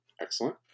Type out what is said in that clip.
Excellent